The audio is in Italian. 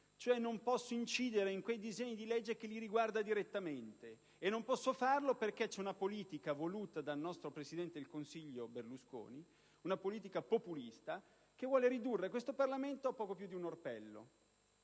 non posso incidere su quei disegni di legge che li riguardano direttamente, e non posso farlo perché la politica voluta dal nostro presidente del Consiglio Berlusconi è una politica populista, che vuole ridurre questo Parlamento a poco più di un orpello.